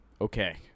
okay